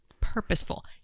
purposeful